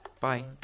Bye